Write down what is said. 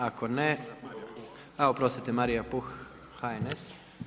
Ako ne, a oprostite, Marija Puh, HNS.